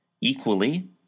equally